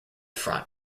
front